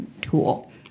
tool